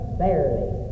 barely